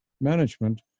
Management